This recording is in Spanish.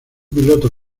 piloto